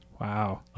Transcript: Wow